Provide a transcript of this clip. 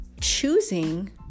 choosing